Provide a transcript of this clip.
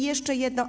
Jeszcze jedno.